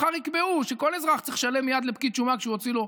מחר יקבעו שכל אזרח צריך לשלם מייד לפקיד שומה כשהוא יוציא לו,